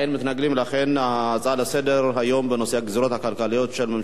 לכן ההצעה לסדר-היום בנושא הגזירות הכלכליות של ממשלת נתניהו,